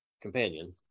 companion